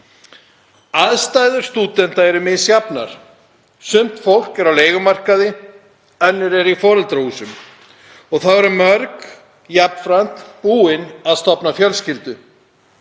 Aðstæður stúdenta eru misjafnar. Sumt fólk er á leigumarkaði, annað er í foreldrahúsum. Þá eru mörg jafnframt búin að stofna fjölskyldu.